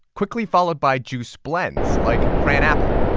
quickly followed by juice blends like cran-apple.